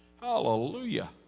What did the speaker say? hallelujah